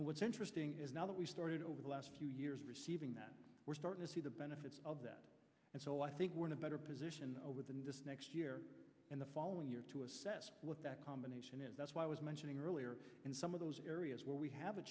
and what's interesting is now that we started over the last few years receiving that we're starting to see the benefits of that and so i think we're in a better position over the next year and the following year to assess what that combination is that's why i was mentioning earlier in some of those areas where we have a